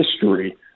history